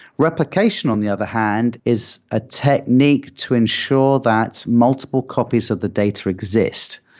replication on the other hand is a technique to ensure that multiple copies of the data exist.